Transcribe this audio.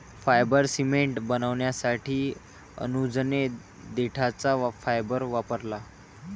fibre cement बनवण्यासाठी अनुजने देठाचा फायबर वापरला